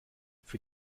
für